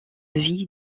vie